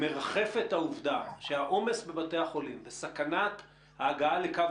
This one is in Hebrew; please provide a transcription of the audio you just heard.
מרחפת העובדה שהעומס בבתי החולים בסכנת הגעה לקו